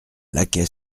laquais